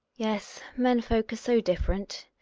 yes, men folk are so dif ferent.